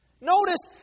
Notice